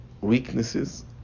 weaknesses